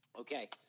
Okay